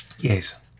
Yes